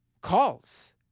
calls